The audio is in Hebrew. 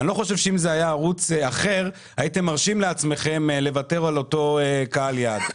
שאם זה היה ערוץ אחר הייתם מרשים לעצמכם לוותר על אותו קהל היעד.